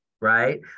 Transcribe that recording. right